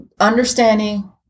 understanding